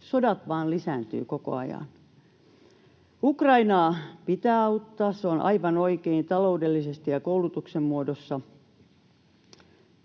sodat vain lisääntyvät koko ajan. Ukrainaa pitää auttaa, se on aivan oikein, taloudellisesti ja koulutuksen muodossa.